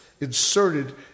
inserted